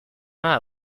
mains